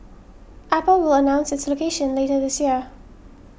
apple will announce its location later this year